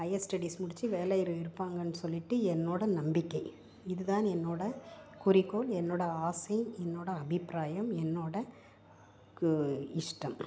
higher studies முடித்து வேலையில் இருப்பாங்கன்னு சொல்லிவிட்டு என்னோடய நம்பிக்கை இது தான் என்னோடய குறிக்கோள் என்னோடய ஆசை என்னோடய அபிப்ராயம் என்னோடய கு இஷ்டம்